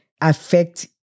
affect